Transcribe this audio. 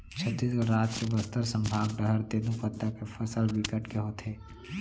छत्तीसगढ़ राज के बस्तर संभाग डहर तेंदूपत्ता के फसल बिकट के होथे